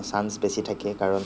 chance বেছি থাকে কাৰণ